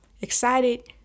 excited